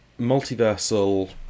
multiversal